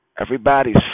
Everybody's